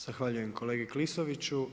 Zahvaljujem kolegi Klisoviću.